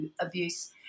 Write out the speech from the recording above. abuse